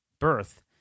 birth